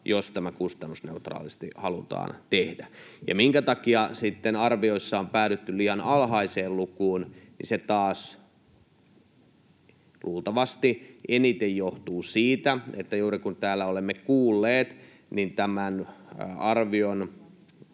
jos tämä kustannusneutraalisti halutaan tehdä. Minkä takia sitten arvioissa on päädytty liian alhaiseen lukuun? Se taas luultavasti eniten johtuu siitä, kuten täällä olemme juuri kuulleet, että tämän arvion